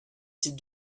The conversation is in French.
ses